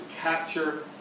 capture